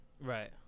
Right